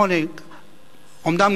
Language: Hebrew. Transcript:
20:00. אומנם,